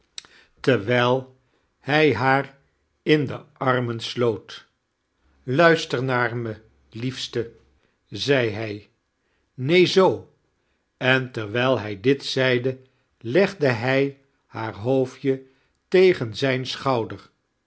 terwijl hij haar in de armeo sloot ludster naar me liefste zei hij neen zoo en terwijl hij dit zeide legde hij haar hoofdje tegen zijn schouder